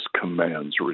commands